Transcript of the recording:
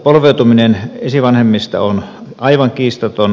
polveutuminen esivanhemmista on aivan kiistaton